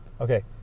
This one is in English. Okay